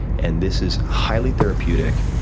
and, this is highly therapeutic.